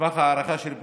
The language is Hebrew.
מסמך ההערכה של פרופ'